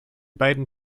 beiden